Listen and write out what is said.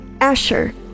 asher